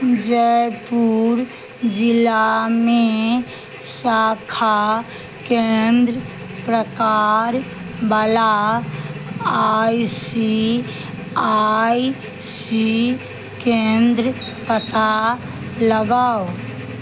जयपुर जिलामे शाखा केन्द्र प्रकारवला आई सी आई सी केन्द्र पता लगाउ